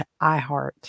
iHeart